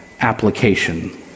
application